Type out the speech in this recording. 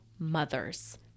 mothers